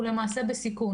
הוא למעשה בסיכון